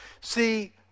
See